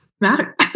matter